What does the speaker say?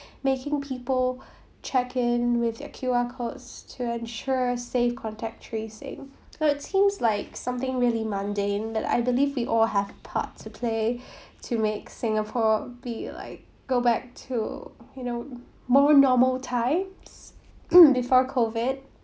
making people check in with their Q_R codes to ensure safe contact tracing so it seems like something really mundane that I believe we all have a part to play to make singapore be like go back to you know more normal times before COVID